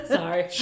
Sorry